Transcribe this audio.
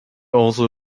also